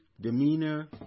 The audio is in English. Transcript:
demeanor